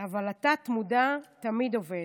אבל התת-מודע תמיד עובד,